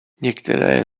některé